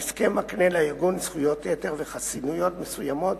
ההסכם מקנה לארגון זכויות יתר וחסינויות מסוימות